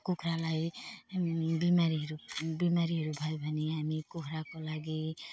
कुखुरालाई बिमारीहरू बिमारीहरू भयो भने हामी कुखुराको लागि